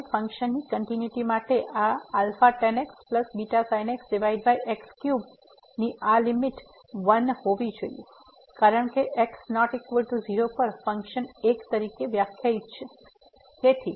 તેથી આ ફંક્શન ની કંટીન્યુટી માટે આ tan x βsin x x3 ની આ લીમીટ 1 હોવી જોઈએ કારણ કે x ≠ 0 પર ફંક્શન 1 તરીકે વ્યાખ્યાયિત થયેલ છે